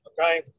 Okay